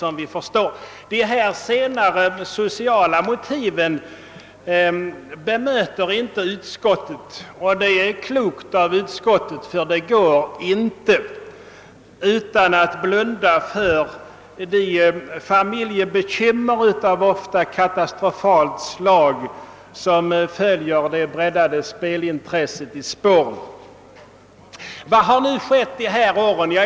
Dessa senare sociala motiv bemöter inte utskottet, vilket är klokt. Det är nämligen omöjligt att bemöta utan att blunda för de familjebekymmer av ofta katastrofalt slag som följer det breddade spelintresset i spåren. Vad har nu skett under de här åren?